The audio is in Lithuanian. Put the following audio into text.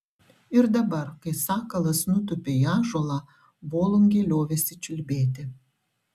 ir dabar kai sakalas nutūpė į ąžuolą volungė liovėsi čiulbėti